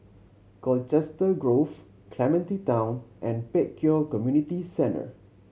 Colchester Grove Clementi Town and Pek Kio Community Centre